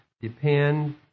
depend